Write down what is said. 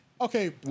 Okay